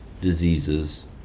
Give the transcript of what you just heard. diseases